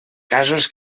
casos